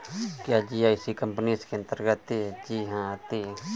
क्या GIC company इसके अन्तर्गत आती है?